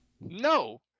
no